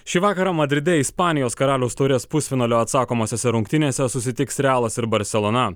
šį vakarą madride ispanijos karaliaus taurės pusfinalio atsakomosiose rungtynėse susitiks realas ir barselona